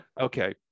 Okay